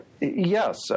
Yes